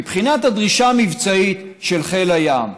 מבחינת הדרישה המבצעית של חיל הים,